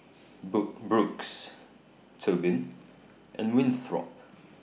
book Brooks Tobin and Winthrop